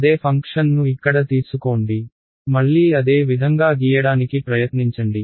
అదే ఫంక్షన్ను ఇక్కడ తీసుకోండి మళ్లీ అదే విధంగా గీయడానికి ప్రయత్నించండి